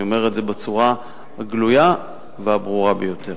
אני אומר את זה בצורה הגלויה והברורה ביותר.